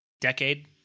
decade